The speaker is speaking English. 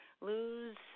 lose